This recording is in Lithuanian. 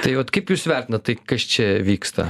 tai vat kaip jūs vertinat tai kas čia vyksta